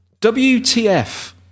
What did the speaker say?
WTF